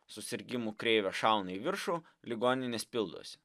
susirgimų kreivė šauna į viršų ligoninės pildosi